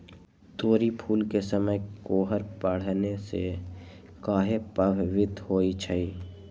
तोरी फुल के समय कोहर पड़ने से काहे पभवित होई छई?